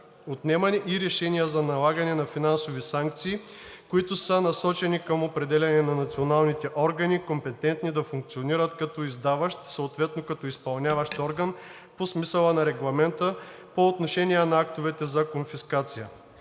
отнемане и решения за налагане на финансови санкции, които са насочени към определяне на националните органи, компетентни да функционират като издаващ, съответно като изпълняващ орган по смисъла на Регламента по отношение на актовете за конфискация.